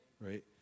right